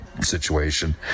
situation